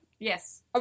Yes